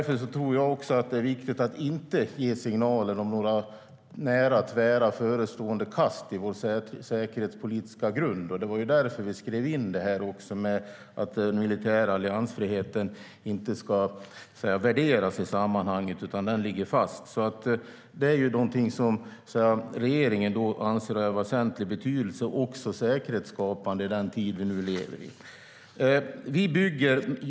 Därför är det viktigt att inte ge någon signal om några nära förestående tvära kast i vår säkerhetspolitiska grund. Det var därför som vi skrev in detta med att den militära alliansfriheten inte ska värderas i sammanhanget, utan den ligger fast. Det anser regeringen vara av stor betydelse och också säkerhetsskapande i den tid som vi nu lever i.